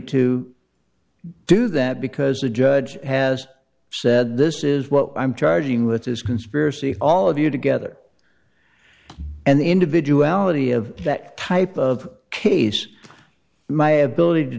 to do that because the judge has said this is what i'm charging with this conspiracy all of you together and the individuality of that type of case my ability to